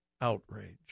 outrage